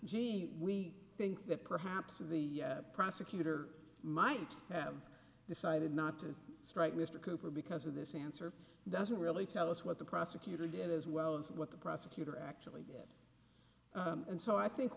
jean we think that perhaps of the prosecutor might have decided not to strike mr cooper because of this answer doesn't really tell us what the prosecutor did as well as what the prosecutor actually did and so i think